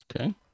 Okay